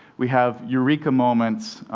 we have eureka moments,